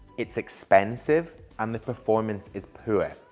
it's expensive and the performance is poor.